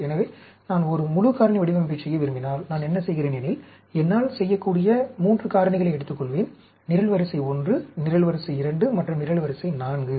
எனவே நான் ஒரு முழு காரணி வடிவமைப்பை செய்ய விரும்பினால் நான் என்ன செய்கிறேன் எனில் என்னால் செய்யக்கூடிய 3 காரணிகளை எடுத்துக்கொள்வேன் நிரல்வரிசை 1 நிரல்வரிசை 2 மற்றும் நிரல்வரிசை 4